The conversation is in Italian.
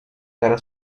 gara